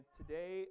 today